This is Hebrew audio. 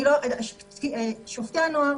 שופטי הנוער